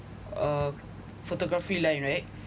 uh photography line right